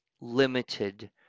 limited